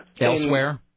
Elsewhere